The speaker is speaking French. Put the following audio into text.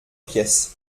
pièces